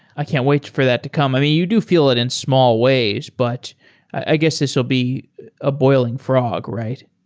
i can't wait for that to come. um you you do feel it in small ways, but i guess this will be a boiling frog, right?